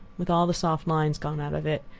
with all the soft lines gone out of it,